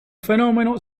fenomeno